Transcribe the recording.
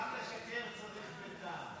גם לשקר צריך בטעם.